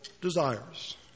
desires